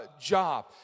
job